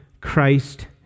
Christ